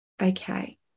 Okay